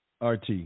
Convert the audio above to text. RT